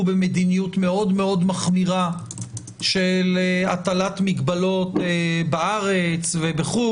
במדיניות מאוד מחמירה של הטלת מגבלות בארץ ובחו"ל,